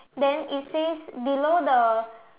then it says below the